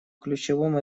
ключевом